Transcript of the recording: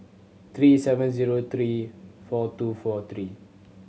three seven zero three four two four three